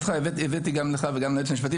הבאתי גם לך וגם ליועץ המשפטי,